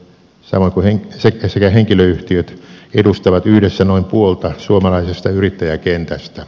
se on kuin se sekä henkilöyhtiöt edustavat yhdessä noin puolta suomalaisesta yrittäjäkentästä